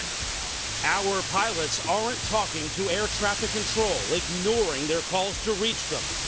our our pilots aren't talking to air traffic control, ignoing their calls to reach them.